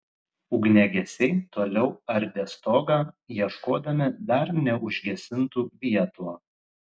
ugniagesiai toliau ardė stogą ieškodami dar neužgesintų vietų